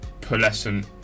pearlescent